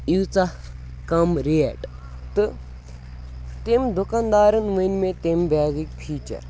ییٖژاہ کَم ریٹ تہٕ تٔمۍ دُکاندارَن ؤنۍ مےٚ تٔمۍ بیگٕکۍ فیٖچَر